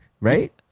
Right